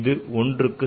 இது 1